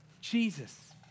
Jesus